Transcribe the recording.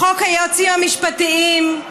חוק היועצים המשפטיים,